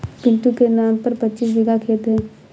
पिंटू के नाम पर पच्चीस बीघा खेत है